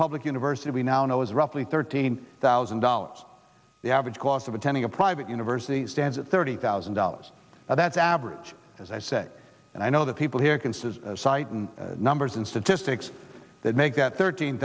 public university we now know is roughly thirteen thousand dollars the average cost of attending a private university stands at thirty thousand dollars that's average as i said and i know the people here can says seitan numbers and statistics that make that thirteen